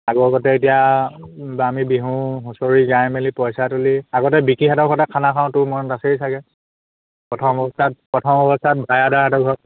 আগৰগতে এতিয়া বা আামি বিহু হুঁচৰি গাই মেলি পইচা তুলি আগতে বিকীহঁতৰ ঘৰতে খানা খাওঁ তোৰ মনত আছেই চাগে প্ৰথম অৱস্থাত প্ৰথম অৱস্থাত ভায়াদাহঁতৰ ঘৰত